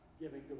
giving